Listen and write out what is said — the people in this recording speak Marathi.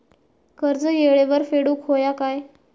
कर्ज येळेवर फेडूक होया काय?